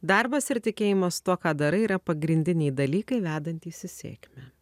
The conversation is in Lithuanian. darbas ir tikėjimas tuo ką darai yra pagrindiniai dalykai vedantys į sėkmę